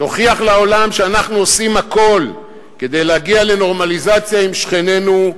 תוכיח לעולם שאנחנו עושים הכול כדי להגיע לנורמליזציה עם שכנינו.